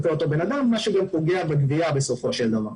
מה שגם פוגע בגבייה בסופו של דבר.